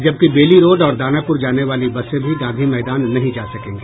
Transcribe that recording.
जबकि Bailey road और दानापुर जाने वाली बसें भी गांधी मैदान नहीं जा सकेंगी